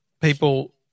people